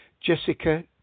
Jessica